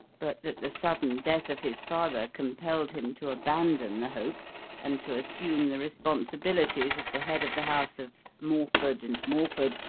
but that the sudden death of his father compelled him to abandon the hope and to assume the responsibilities of the head of the house of morford and morford,